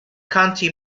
county